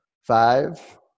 Five